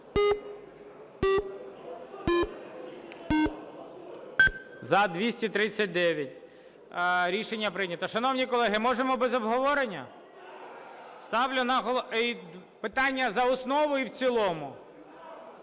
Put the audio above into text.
За-239 Рішення прийнято. Шановні колеги, можемо без обговорення? Ставлю – і питання за основу і в цілому